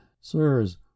sirs